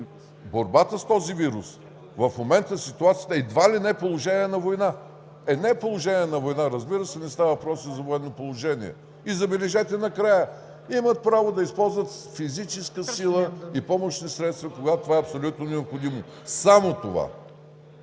борбата с този вирус в момента е едва ли не положение на война – е не е положение на война. Разбира се, не става въпрос за военно положение. И, забележете, накрая – имат право да използват физическа сила и помощни средства, когато това е абсолютно необходимо. Само това!